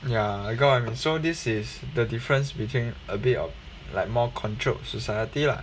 ya I got what you mean so this is the difference between a bit of like more controlled society lah